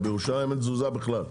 אבל בירושלים אין תזוזה בכלל.